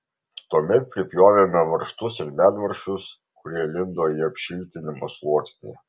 tuomet pripjovėme varžtus ir medvaržčius kurie lindo į apšiltinimo sluoksnį